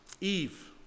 Eve